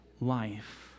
life